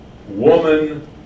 Woman